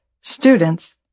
students